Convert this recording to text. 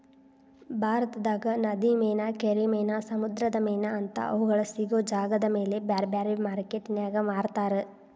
ಭಾರತದಾಗ ನದಿ ಮೇನಾ, ಕೆರಿ ಮೇನಾ, ಸಮುದ್ರದ ಮೇನಾ ಅಂತಾ ಅವುಗಳ ಸಿಗೋ ಜಾಗದಮೇಲೆ ಬ್ಯಾರ್ಬ್ಯಾರೇ ಮಾರ್ಕೆಟಿನ್ಯಾಗ ಮಾರ್ತಾರ